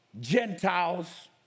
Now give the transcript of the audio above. Gentiles